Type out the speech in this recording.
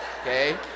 okay